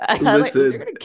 Listen